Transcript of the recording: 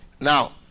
Now